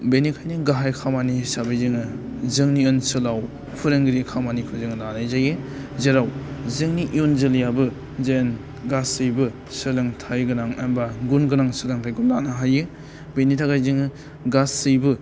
बेनिखायनो गाहाय खामानि हिसाबै जोङो जोंनि ओनसोलाव फोरोंगिरि खामानिखौ जों लानाय जायो जेराव जोंनि इयुन जोलैयाबो जेन गासैबो सोलोंथाइ गोनां एबा गुन गोनां सोलोंथाइखौ लानो हायो बेनि थाखाय जोङो गासिबो